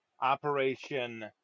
Operation